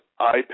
iPad